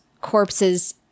corpses